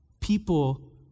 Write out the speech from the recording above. people